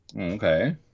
Okay